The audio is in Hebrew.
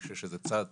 אני חושב שזה צעד